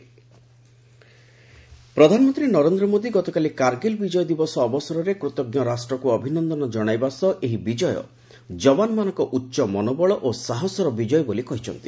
PM Kargil Vijay Diwas ପ୍ରଧାନମନ୍ତ୍ରୀ ନରେନ୍ଦ୍ର ମୋଦି ଗତକାଲି କାର୍ଗିଲ୍ ବିଜୟ ଦିବସ ଅବସରରେ କୃତଜ୍ଞ ରାଷ୍ଟ୍ରକୁ ଅଭିନନ୍ଦନ ଜଣାଇବା ସହ ଏହି ବିଜୟ ଯବାନମାନଙ୍କ ଉଚ୍ଚ ମନୋବଳ ଓ ସାହସର ବିଜୟ ବୋଲି କହିଛନ୍ତି